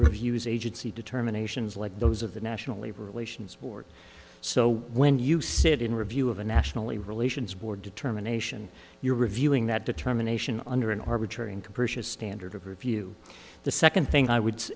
reviews agency determinations like those of the national labor relations board so when you sit in review of a nationally relations board determination you're reviewing that determination under an arbitrary and capricious standard of review the second thing i would say